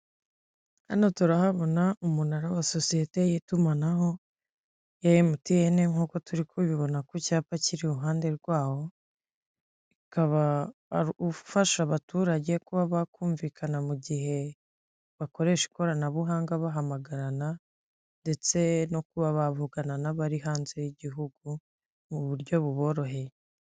Hano turahabona umunara wa sosiyete y'itumanaho ya Emutiyeni nk'uko turi kubibona ku cyapa kiri iruhande rwawo, ukaba ufasha abaturage kuba bakumvikana mu gihe bakoresha ikoranabuhanga bahamagarana ndetse no kuba bavugana n'abari hanze y'igihugu mu buryo buboroheye.